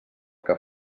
que